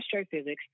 astrophysics